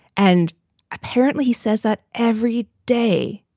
and apparently he says that every day.